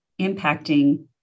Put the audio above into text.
impacting